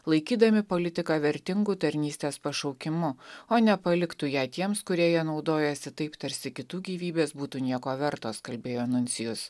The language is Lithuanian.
laikydami politiką vertingu tarnystės pašaukimu o nepaliktų ją tiems kurie ja naudojasi taip tarsi kitų gyvybės būtų nieko vertos kalbėjo nuncijus